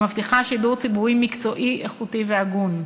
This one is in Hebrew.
המבטיחה שידור ציבורי מקצועי, איכותי והגון.